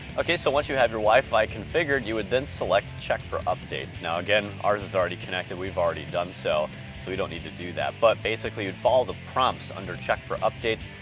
okay. so once you have your wi-fi configured, you would then select check for updates. now again, ours is already connected, we've already done so, so we don't need to do that. but basically you'd follow the prompts under check for updates.